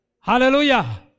Hallelujah